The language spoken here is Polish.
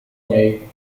niej